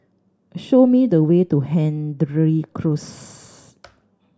show me the way to Hendry Close